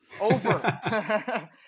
Over